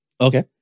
Okay